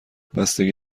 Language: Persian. بستگی